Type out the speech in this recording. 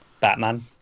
Batman